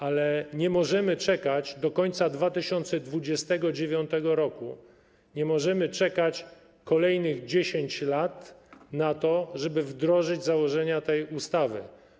Ale nie możemy czekać do końca 2029 r., nie możemy czekać kolejnych 10 lat na to, żeby wdrożyć założenia tej ustawy.